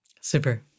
Super